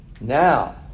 Now